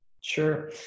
Sure